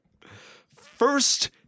First